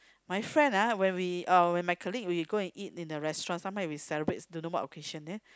my friend ah when we uh when my colleague when we go eat in a restaurant sometime when we celebrate don't know what occasion then